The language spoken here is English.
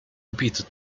repeated